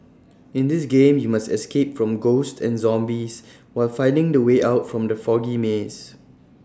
in this game you must escape from ghosts and zombies while finding the way out from the foggy maze